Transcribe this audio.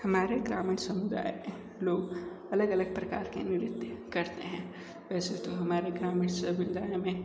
हमारे ग्रामीण समुदाय में लोग अलग अलग प्रकार के नृत्य करते हैं वैसे तो हमारे ग्रामीण समुदाय में